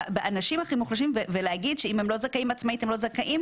באנשים הכי מוחלשים ולהגיד שאם הם לא זכאים עצמאית הם לא זכאים,